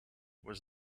was